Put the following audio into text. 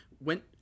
went